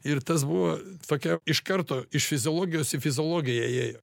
ir tas buvo tokia iš karto iš fiziologijos į fiziologiją ėjo